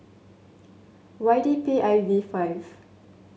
Y D P I V five